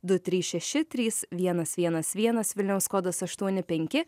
du trys šeši trys vienas vienas vienas vilniaus kodas aštuoni penki